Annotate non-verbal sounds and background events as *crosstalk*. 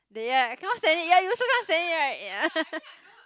then ya I cannot stand it ya you also can't stand it right ya *laughs*